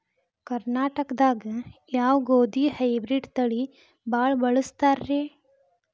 ಕರ್ನಾಟಕದಾಗ ಯಾವ ಗೋಧಿ ಹೈಬ್ರಿಡ್ ತಳಿ ಭಾಳ ಬಳಸ್ತಾರ ರೇ?